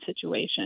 situation